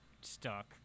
stuck